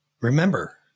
Remember